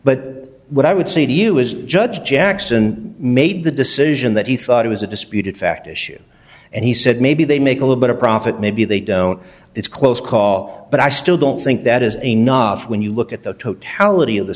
what i would say to you is judge jackson made the decision that he thought it was a disputed fact issue and he said maybe they make a little bit of profit maybe they don't it's close call but i still don't think that is a novice when you look at the totality of the